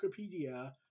Wikipedia